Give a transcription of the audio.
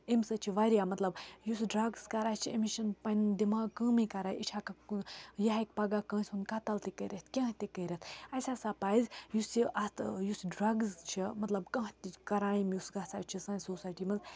امہِ سۭتۍ چھِ واریاہ مطلب یُس ڈرٛگٕز کَران چھِ أمِس چھِنہٕ پَنٕنۍ دِماغ کٲمٕے کَران یہِ چھِ ہٮ۪کان یہِ ہٮ۪کہِ پَگاہ کٲنٛسہِ ہُنٛد قتل تہِ کٔرِتھ کینٛہہ تہِ کٔرِتھ اَسہِ ہَسا پَزِ یُس یہِ اَتھ یُس ڈرٛگٕز چھِ مطلب کانٛہہ تہِ چھِ کَرایم یُس گژھان چھِ سانہِ سوسایٹی منٛز